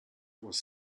was